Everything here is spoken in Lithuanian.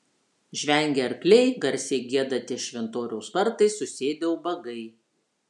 žvengia arkliai garsiai gieda ties šventoriaus vartais susėdę ubagai